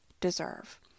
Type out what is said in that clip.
deserve